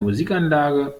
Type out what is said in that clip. musikanlage